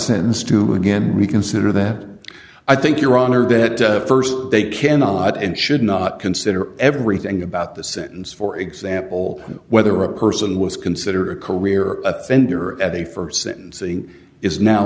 sentence to again we consider that i think your honor that st they cannot and should not consider everything about the sentence for example whether a person was consider a career offender and they for sentencing is now